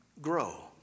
grow